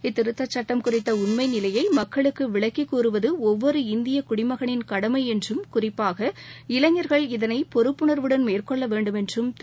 இத்திருத்தச் சுட்டம் குறித்த உண்மை நிலையை மக்களுக்கு விளக்கிக் கூறுவது ஒவ்வொரு இந்தியக் குடிமகனின் கடமை என்றும் குறிப்பாக இளைஞர்கள் இதனை பொறுப்புணர்வுடன் மேற்கொள்ள வேண்டும் என்றும் திரு